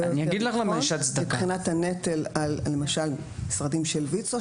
הוא הרבה יותר נכון מבחינת על משרדים של ויצו,